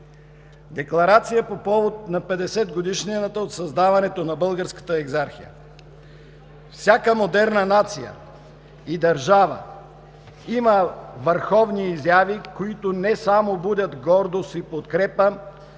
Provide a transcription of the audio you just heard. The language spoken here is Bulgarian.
„ДЕКЛАРАЦИЯ по повод 150 години от създаването на Българската екзархия Всяка модерна нация и държава има върхови изяви, които не само будят гордост и подкрепа